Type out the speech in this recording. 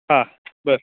हां बरं